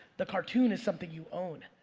the cartoon is something you own.